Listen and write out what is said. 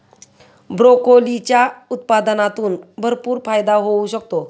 ब्रोकोलीच्या उत्पादनातून भरपूर फायदा होऊ शकतो